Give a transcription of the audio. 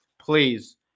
please